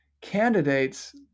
Candidates